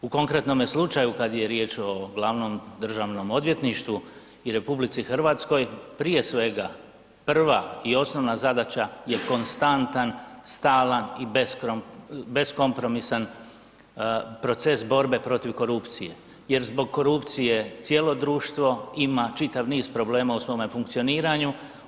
U konkretnome slučaju, kad je riječ o glavnom državnom odvjetništvu i RH, prije svega, prva i osnovna zadaća je konstantan, stalan i beskompromisan proces borbe protiv korupcije jer zbog korupcije cijelo društvo ima čitav niz problema u svome funkcioniranju.